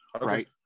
right